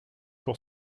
pour